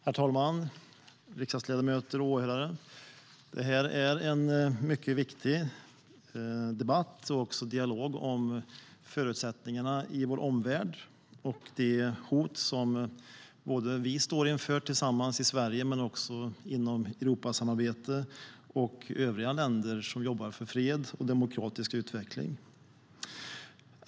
Herr talman, riksdagsledamöter och åhörare! Det här är en viktig debatt och dialog om förutsättningarna i vår omvärld och det hot som vi står inför tillsammans i Sverige men också inom Europasamarbetet och i övriga länder som jobbar för fred och demokratisk utveckling.